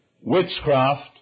witchcraft